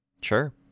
Sure